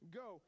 go